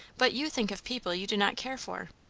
but you think of people you do not care for.